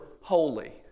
holy